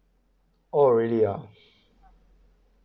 orh really uh